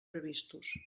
previstos